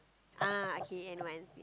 ah okay and one